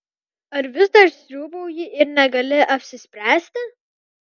ar vis dar sriūbauji ir negali apsispręsti